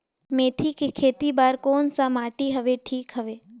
मेथी के खेती बार कोन सा माटी हवे ठीक हवे?